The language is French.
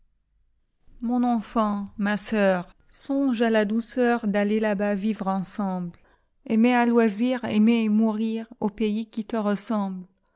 mon enfant ma sœur songe à la douceurd'aller là-bas vivre ensemble i aimer à loisir aimer et mourirau pays qui te ressemble